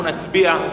אנחנו נצביע,